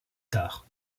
tard